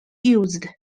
used